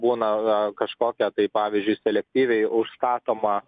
būna kažkokia tai pavyzdžiui selektyviai užstatoma